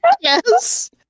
Yes